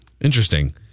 Interesting